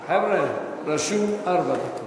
חבר'ה, רשום ארבע.